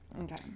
Okay